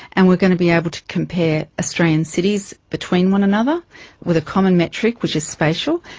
and we are going to be able to compare australian cities between one another with a common metric, which is spatial.